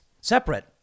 Separate